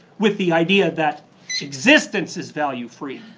with the idea that existence is value free.